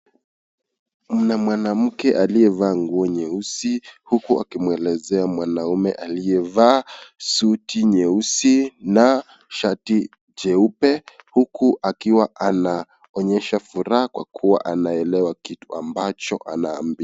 Kuna mwanamke aliyevaa nguo nyeusi huku akimwelezea mwanaume aliyevaa suti nyeusi na shati jeupe. Huku akiwa anaonyesha furaha kwa kuwa anaelewa kitu ambacho anaambiwa.